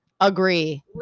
Agree